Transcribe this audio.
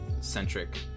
centric